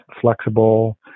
flexible